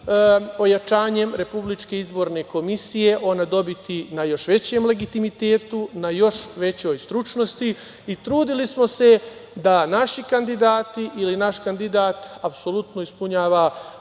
ojačanjem Republičke izborne komisije ona dobiti na još većem legitimitetu, na još većoj stručnosti. Trudili smo se da naši kandidati ili naš kandidat apsolutno ispunjava